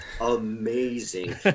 amazing